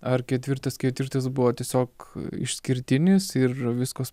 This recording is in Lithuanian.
ar ketvirtas ketvirtis buvo tiesiog išskirtinis ir viskas